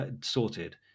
sorted